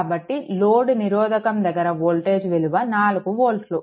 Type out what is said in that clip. కాబట్టి లోడ్ నిరోధకం దగ్గర వోల్టేజ్ విలువ 4 వోల్ట్లు